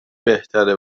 بهتره